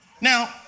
Now